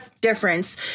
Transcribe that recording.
difference